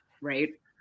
right